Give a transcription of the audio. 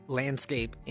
landscape